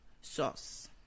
Sauce